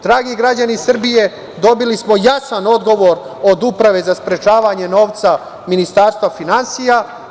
Dragi građani Srbije dobili smo jasan odgovor od Uprave za sprečavanje pranja novca, Ministarstva finansija.